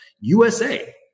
USA